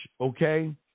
okay